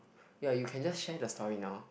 ya you can just share the story now